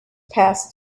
passed